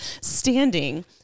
standing